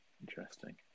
Interesting